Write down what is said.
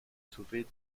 sauvée